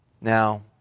Now